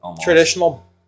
Traditional